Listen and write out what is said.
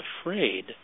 afraid